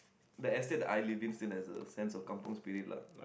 that estate that I live in still has a sense of kampung Spirit lah